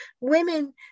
women